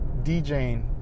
DJing